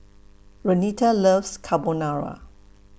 Renita loves Carbonara